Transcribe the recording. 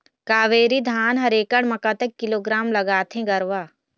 कावेरी धान हर एकड़ म कतक किलोग्राम लगाथें गरवा?